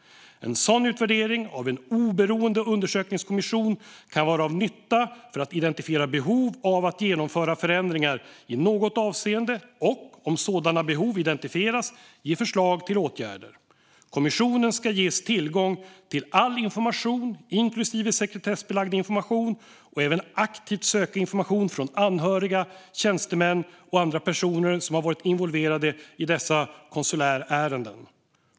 En sådan utvärdering av en oberoende undersökningskommission kan vara av nytta för att identifiera behov av att genomföra förändringar i något avseende och, om sådana behov identifieras, ge förslag till åtgärder." Vidare framgår följande i betänkandet: "Kommissionen ska ges tillgång till all information, inklusive sekretessbelagd information, och även aktivt söka information från anhöriga, tjänstemän och andra personer som har varit involverade i dessa konsulärärenden.